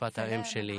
שפת האם שלי.